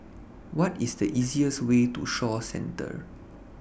What IS The easiest Way to Shaw Centre